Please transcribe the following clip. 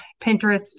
pinterest